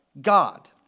God